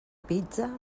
pizza